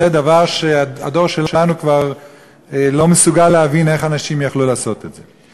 זה דבר שהדור שלנו כבר לא מסוגל להבין איך אנשים יכלו לעשות את זה.